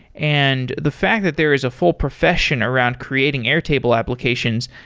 and the fact that there is a full professional around creating airtable applications,